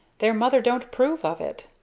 their mother don't approve of it.